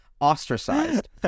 ostracized